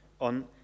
on